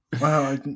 Wow